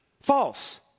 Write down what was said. False